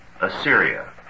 Assyria